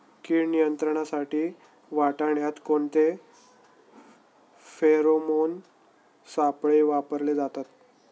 कीड नियंत्रणासाठी वाटाण्यात कोणते फेरोमोन सापळे वापरले जातात?